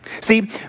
See